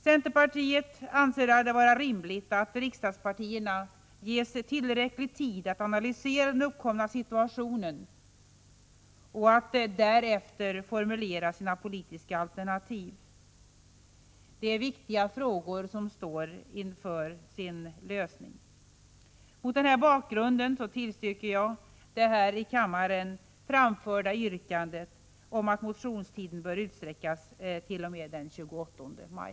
Centerpartiet anser det vara rimligt att riksdagspartierna ges tillräcklig tid att analysera den uppkomna situationen, så att de därefter kan formulera sina politiska alternativ. Det är viktiga frågor som står inför sin lösning. Mot denna bakgrund tillstyrker jag det i kammaren framförda yrkandet om att motionstiden skall utsträckas t.o.m. den 28 maj.